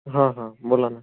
हां हां बोला ना